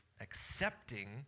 accepting